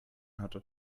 hatte